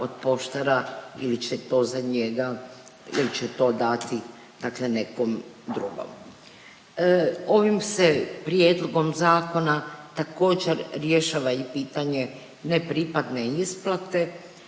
od poštara ili će to za njega ili će to dati dakle nekom drugom. Ovim se prijedlogom zakona također rješava i pitanje nepripadne isplate,